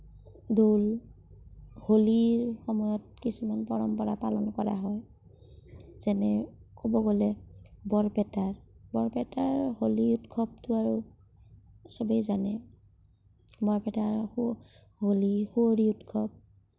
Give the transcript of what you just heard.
দৌল হোলীৰ সময়ত কিছুমান পৰম্পৰা পালন কৰা হয় যেনে ক'ব গ'লে বৰপেটাত বৰপেটাৰ হোলী উৎসৱটো আৰু সবেই জানে বৰপেটাৰ হোলী সুৱৰি উৎসৱ